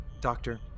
Doctor